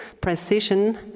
precision